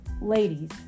Ladies